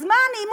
אז מה אני?